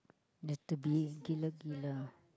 better be gila gila